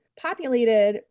populated